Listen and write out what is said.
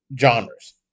genres